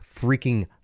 freaking